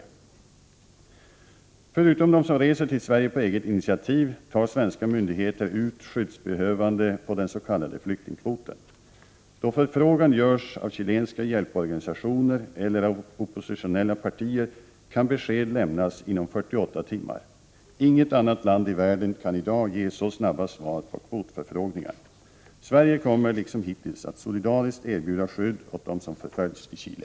I Förutom de som reser till Sverige på eget initiativ tar svenska myndigheter ut skyddsbehövande på den s.k. flyktingkvoten. Då förfrågan görs av chilenska hjälporganisationer eller av oppositionella partier kan besked lämnas inom 48 timmar. Inget annat land i världen kan i dag ge så snabba svar på kvotförfrågningar. Sverige kommer liksom hittills att solidariskt erbjuda skydd åt dem som I förföljs i Chile.